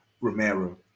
Romero